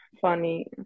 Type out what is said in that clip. funny